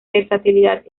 versatilidad